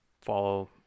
follow